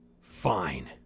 Fine